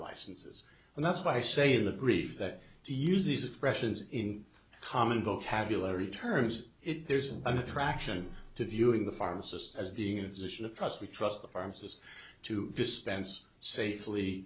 licenses and that's why i say in the grief that to use these expressions in common vocabulary turns it there's an attraction to viewing the pharmacist as being in a position of trust we trust the pharmacist to dispense safely